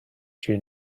due